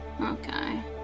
okay